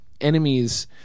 enemies